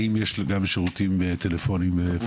האם אתם נותנים גם שירותים בטלפונים?